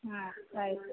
ಹಾಂ ಆಯಿತು